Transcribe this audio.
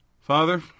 Father